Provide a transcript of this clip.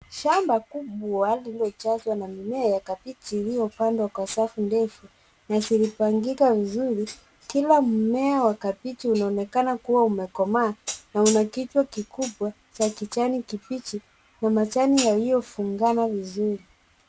Shamba kubwa lililojazwa na mimea ya kabichi iliyopandwa kwa safu ndefu na zilipangika vizuri. Kila mmea wa kabichi unaonekana kuwa umekomaa na una kichwa kikubwa cha kijani kibichi na majani yaliyofungana vizuri.